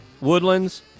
Woodlands